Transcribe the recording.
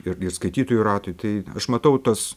ir ir skaitytojų ratui tai aš matau tas